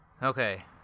Okay